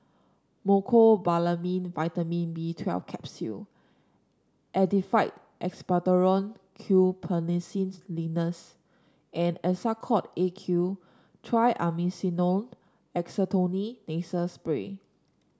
Mecobalamin Vitamin B Twelve Capsule Actified Expectorant Guaiphenesin Linctus and Nasacort A Q Triamcinolone Acetonide Nasal Spray